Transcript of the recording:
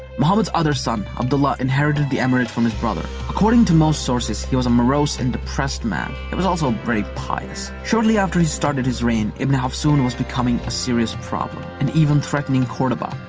muhammad's other son, abdullah inherited the emirate from his brother. according to most sources, he was morose and depressed man. he was also very pious. shortly after he started his reign, ibn hafsun was becoming a serious problem and even threatening cordoba.